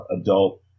adult